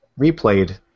replayed